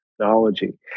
technology